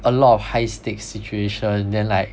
a lot of high stakes situation then like